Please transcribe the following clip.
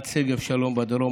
עד שגב שלום בדרום,